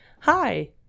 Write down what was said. Hi